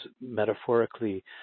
metaphorically